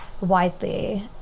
widely